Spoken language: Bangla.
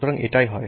সুতরাং এটাই হয়